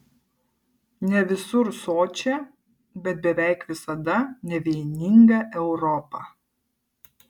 ne visur sočią bet beveik visada nevieningą europą